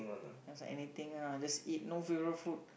I was like anything ah just eat no favorite food